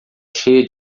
cheia